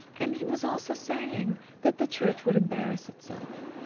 and he was also saying that the church would embarrass itself,